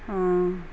ہاں